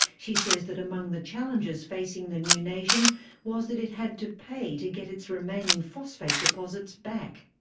she says that among the challenges facing the new nation was that it had to pay to get its remaining phosphate deposits back.